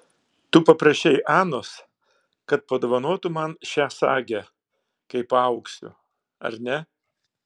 tu paprašei anos kad padovanotų man šią sagę kai paaugsiu ar ne